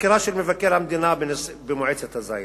חקירה של מבקר המדינה במועצת הזית,